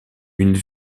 une